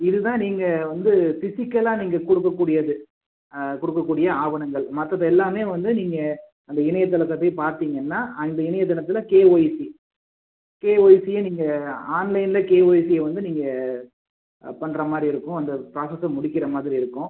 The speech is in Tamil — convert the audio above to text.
இது தான் நீங்கள் வந்து ஃபிசிக்கலாக நீங்கள் கொடுக்கக்கூடியது கொடுக்கக்கூடிய ஆவணங்கள் மற்றது எல்லாமே வந்து நீங்கள் அந்த இணையதளத்தை போய் பார்த்தீங்கன்னா அந்த இணையதளத்தில் கேஒய்சி கேஒய்சியை நீங்கள் ஆன்லைனில் கேஒய்சியை வந்து நீங்கள் பண்ணுற மாதிரி இருக்கும் அந்த ப்ராசஸை முடிக்கிற மாதிரி இருக்கும்